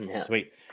Sweet